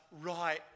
right